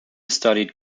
studied